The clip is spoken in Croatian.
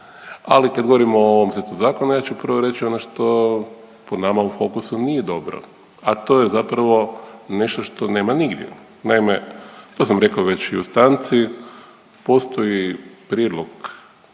Ali kad govorimo o ovom setu zakona ja ću prvo reći ono što po nama u Fokusu nije dobro, a to je zapravo nešto što nema nigdje. Naime, to sam rekao već i u stanci postoji prijedlog